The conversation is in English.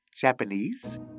Japanese